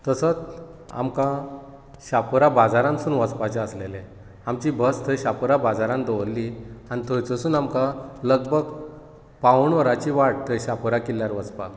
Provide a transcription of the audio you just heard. तसोच आमकां शापोरा बाजारांतसून वचपाचें आसलेलें आमची बस थंय शापोरा बाजारान दवरली आनी थंयचरसून आमकां लगभग पावुण वराची वाट थंय शापोरा किल्ल्यार वचपाक